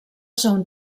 són